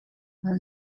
and